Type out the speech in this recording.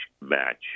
match